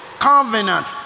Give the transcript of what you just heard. covenant